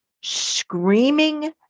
screaming